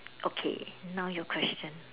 okay now your question